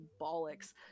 bollocks